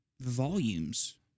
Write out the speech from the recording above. volumes